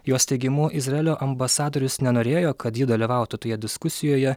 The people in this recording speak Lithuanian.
jos teigimu izraelio ambasadorius nenorėjo kad ji dalyvautų toje diskusijoje